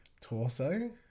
torso